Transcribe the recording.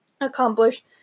accomplish